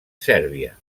sèrbia